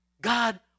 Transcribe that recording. God